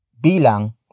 Bilang